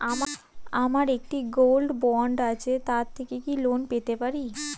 আমার একটি gold bond আছে তার থেকে কি লোন পেতে পারি?